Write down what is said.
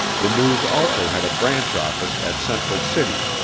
the news also had a branch office at central city,